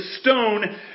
stone